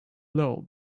low